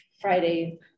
Friday